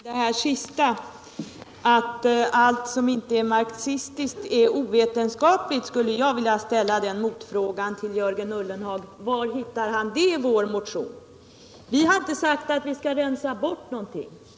Herr talman! Apropå det här senaste, att allt som inte är marxistiskt är ovetenskapligt. skulle jag vilja ställa en motfråga: Var hittar Jörgen Ullenhag det i vår motion? Vi har inte sagt att v/ skall rensa bort någonting.